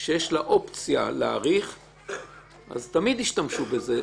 שיש לה האופציה להאריך אז תמיד ישתמשו בזה.